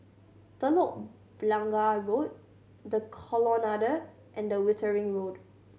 Telok Blangah Road The Colonnade and the Wittering Road